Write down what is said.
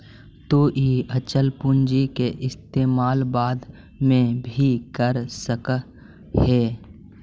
तु इ अचल पूंजी के इस्तेमाल बाद में भी कर सकऽ हे